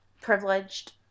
privileged